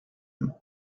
him